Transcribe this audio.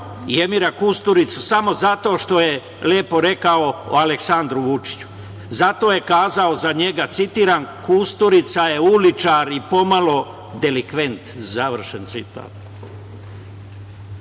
Emira Kusturicu samo zato što je lepo rekao Aleksandru Vučiću zato je kazao za njega, citiram: „Kusturica je uličar i pomalo delikvent.“, završen citat. Ta